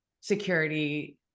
security